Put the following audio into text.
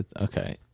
Okay